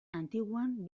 antiguan